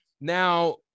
Now